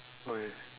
okay